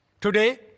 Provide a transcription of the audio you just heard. Today